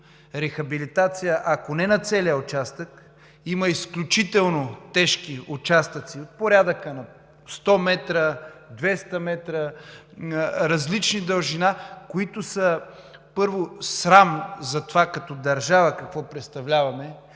рехабилитация, ако не на целия участък, има изключително тежки участъци в порядъка на 100 метра, 200 метра – различна дължина, които са, първо, срам за това какво представляваме